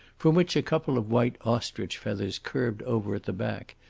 from which a couple of white ostrich feathers curved over at the back,